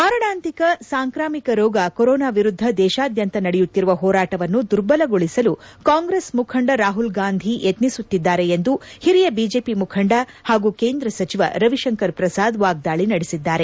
ಮಾರಣಾಂತಿಕ ಸಾಂಕ್ರಾಮಿಕ ರೋಗ ಕೊರೊನಾ ವಿರುದ್ದ ದೇಶಾದ್ಯಂತ ನಡೆಯುತ್ತಿರುವ ಹೋರಾಟವನ್ನು ದುರ್ಬಲಗೊಳಿಸಲು ಕಾಂಗ್ರೆಸ್ ಮುಖಂಡ ರಾಹುಲ್ಗಾಂಧಿ ಯತ್ನಿಸುತ್ತಿದ್ದಾರೆ ಎಂದು ಹಿರಿಯ ಬಿಜೆಪಿ ಮುಖಂಡ ಹಾಗೂ ಕೇಂದ್ರ ಸಚಿವ ರವಿಶಂಕರ್ ಪ್ರಸಾದ್ ವಾಗ್ದಾಳಿ ನಡೆಸಿದ್ದಾರೆ